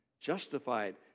Justified